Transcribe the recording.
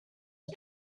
are